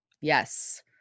yes